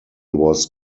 was